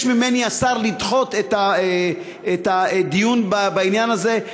ממני השר לדחות את הדיון בעניין הזה.